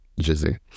Jizzy